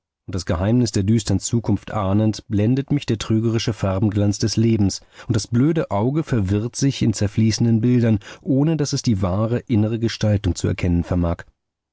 das geheimnis der düstern zukunft ahnend blendet mich der trügerische farbenglanz des lebens und das blöde auge verwirrt sich in zerfließenden bildern ohne daß es die wahre innere gestaltung zu erkennen vermag